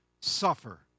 suffer